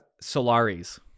Solaris